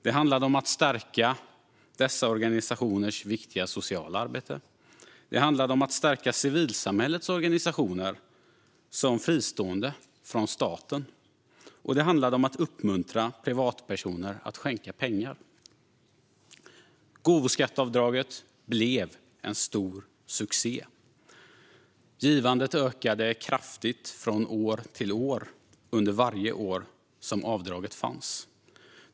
Det handlade om att stärka dessa organisationers viktiga sociala arbete. Det handlade om att stärka civilsamhällets organisationer som fristående från staten. Det handlade om att uppmuntra privatpersoner att skänka pengar. Gåvoskatteavdraget blev en stor succé. Givandet ökade kraftigt från år till år under varje år som avdraget fanns.